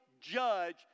judge